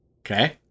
Okay